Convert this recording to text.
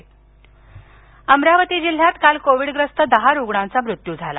Covid Amravati Amravati जिल्ह्यात काल कोविडग्रस्त दहा रुग्णांचा मृत्यू झाला